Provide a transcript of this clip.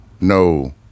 no